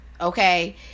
okay